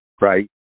right